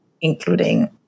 including